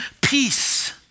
peace